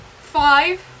five